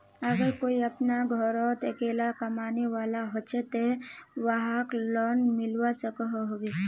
अगर कोई अपना घोरोत अकेला कमाने वाला होचे ते वाहक लोन मिलवा सकोहो होबे?